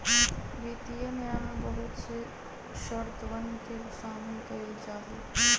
वित्तीय न्याय में बहुत से शर्तवन के शामिल कइल जाहई